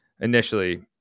initially